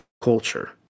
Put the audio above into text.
culture